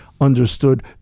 understood